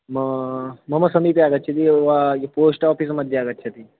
म मम समीपे आगच्छति वा पोस्ट् आपीस्मध्ये आगच्छति